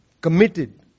committed